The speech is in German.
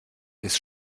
ist